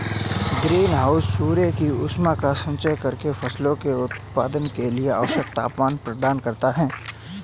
green house सूर्य की ऊष्मा का संचयन करके फसलों के उत्पादन के लिए आवश्यक तापमान प्रदान करता है